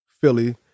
Philly